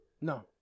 No